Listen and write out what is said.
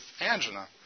angina